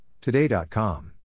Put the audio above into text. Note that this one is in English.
Today.com